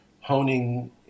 honing